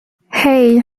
hey